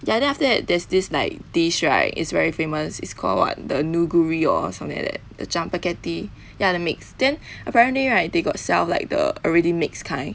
ya then after that there's this like dish right is very famous is called what the nuguri or something like that the japagetti ya the mixed then apparently right they got sell like the already mixed kind